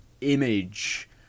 image